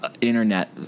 Internet